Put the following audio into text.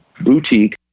boutique